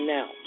Now